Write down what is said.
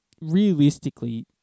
realistically